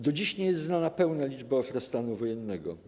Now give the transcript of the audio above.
Do dziś nie jest znana pełna liczba ofiar stanu wojennego.